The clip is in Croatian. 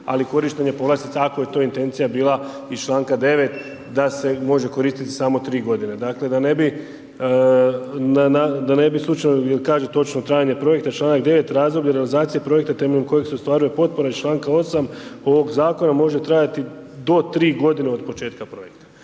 ali korištenje povlastica ako je to intencija bila iz članka 9. da se može koristiti samo tri godine. Dakle da ne bi slučajno jel kaže točno trajanje projekta članak 9., razdoblje realizacije projekta temeljem koje se ostvaruju potpore iz članka 8. ovog zakona, može trajati do 3 godina od početka projekta.